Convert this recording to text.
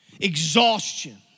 Exhaustion